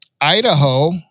Idaho